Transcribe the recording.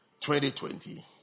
2020